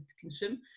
consume